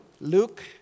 Luke